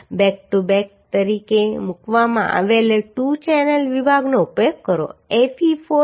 back to back તરીકે મૂકવામાં આવેલ 2 ચેનલ વિભાગનો ઉપયોગ કરો